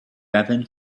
heaven